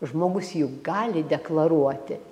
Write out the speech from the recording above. žmogus juk gali deklaruoti